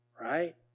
right